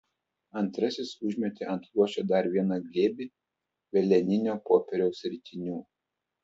antrasis užmetė ant luošio dar vieną glėbį veleninio popieriaus ritinių